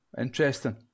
Interesting